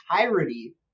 entirety